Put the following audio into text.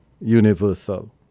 universal